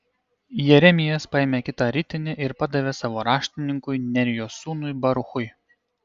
jeremijas paėmė kitą ritinį ir padavė jį savo raštininkui nerijos sūnui baruchui